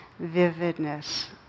vividness